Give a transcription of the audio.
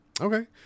Okay